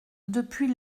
depuis